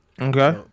Okay